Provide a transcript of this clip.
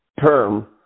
term